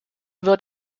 wird